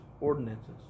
ordinances